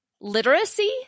literacy